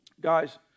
guys